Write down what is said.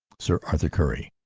sir arthur currie,